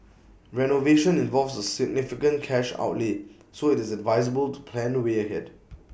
renovation involves A significant cash outlay so IT is advisable to plan the way ahead